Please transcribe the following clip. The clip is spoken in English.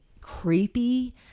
creepy